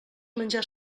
menjar